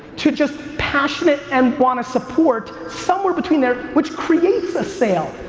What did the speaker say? to just passionate and want to support, somewhere between there, which creates a sale.